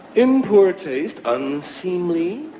in poor taste, unseemly,